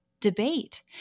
Debate